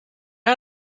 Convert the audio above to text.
out